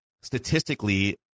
statistically